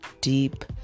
deep